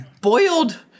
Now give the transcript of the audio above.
Boiled